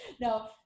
No